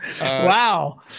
Wow